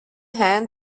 hand